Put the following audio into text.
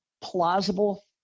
plausible